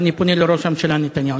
ואני פונה לראש הממשלה נתניהו,